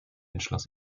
entschloss